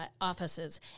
offices